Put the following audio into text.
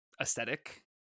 aesthetic